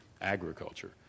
agriculture